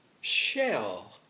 shell